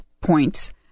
points